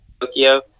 Tokyo